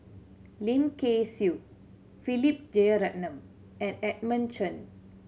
Lim Kay Siu Philip Jeyaretnam and Edmund Chen